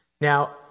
Now